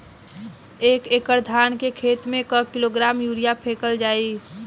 एक एकड़ धान के खेत में क किलोग्राम यूरिया फैकल जाई?